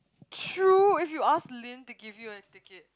true if you asked Lin to give you a ticket